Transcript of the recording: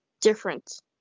different